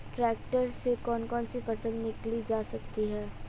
Tractor से कौन कौनसी फसल निकाली जा सकती हैं?